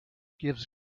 gives